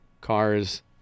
cars